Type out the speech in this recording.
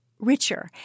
richer